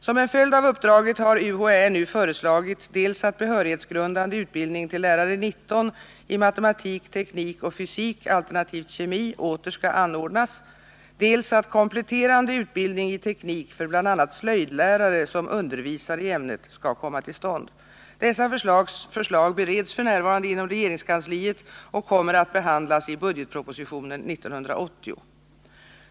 Som en följd av uppdraget har UHÄ nu föreslagit dels att behörighetsgrundande utbildning till lärare 19 i matematik, teknik och fysik alternativt kemi åter skall anordnas, dels att kompletterande utbildning i teknik för bl.a. slöjdlärare som undervisar i ämnet skall komma till stånd. Dessa förslag bereds f. n. inom regeringskansliet och kommer att behandlas i budgetpropositionen 1980.